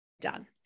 done